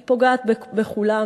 היא פוגעת בכולם,